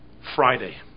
Friday